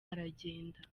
aragenda